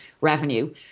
revenue